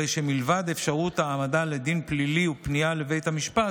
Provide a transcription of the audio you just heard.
הרי שמלבד אפשרות העמדה לדין פלילי ופנייה לבית המשפט,